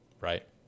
right